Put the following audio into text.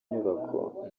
nyubako